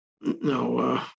No